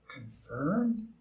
confirmed